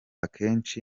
akenshi